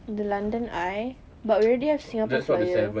the london eye but we already have singapore flyer